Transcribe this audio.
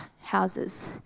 houses